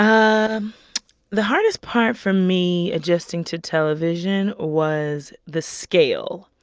um the hardest part for me adjusting to television was the scale,